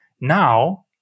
Now